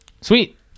Sweet